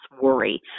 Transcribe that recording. worry